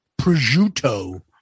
prosciutto